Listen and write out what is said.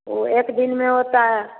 वो एक दिन में होता है